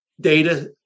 data